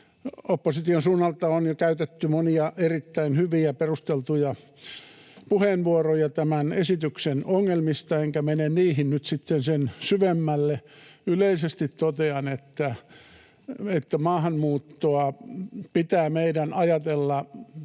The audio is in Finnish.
opposition suunnalta on jo käytetty monia erittäin hyviä ja perusteltuja puheenvuoroja tämän esityksen ongelmista, enkä mene niihin nyt sitten sen syvemmälle. Yleisesti totean, että meidän pitää ajatella